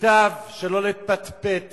מוטב שלא לפטפט